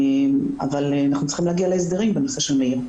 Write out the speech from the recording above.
אבל אנחנו צריכים להגיע להסדרים בנושא של מאיר.